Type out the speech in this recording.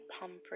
Pomfrey